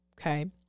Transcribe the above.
okay